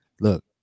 look